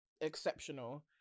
exceptional